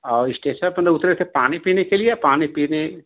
और स्टेशन पर अंदर उतरे थे पानी पीने के लिये पानी पीने